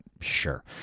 sure